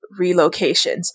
relocations